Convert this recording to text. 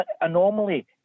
anomaly